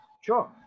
sure